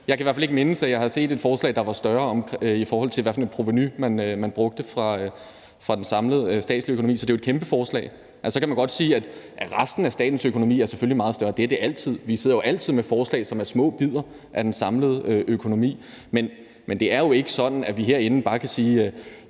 Jeg kan i hvert fald ikke mindes, at jeg har set et forslag, der var større, i forhold til hvad for et provenu man brugte fra den samlede statslige økonomi. Så det er jo et kæmpe forslag. Så kan man godt sige, at resten af statens økonomi selvfølgelig er meget større. Det er det altid. Vi sidder jo altid med forslag, som er små bidder af den samlede økonomi, men det er jo ikke sådan, at vi herinde bare kan sige,